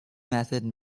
method